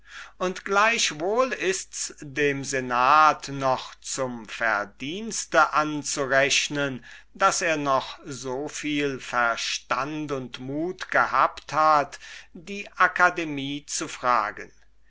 und gleichwohl ists dem senat noch zum verdienste anzurechnen daß er noch so viel verstand und mut gehabt hat die akademie zu fragen